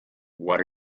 what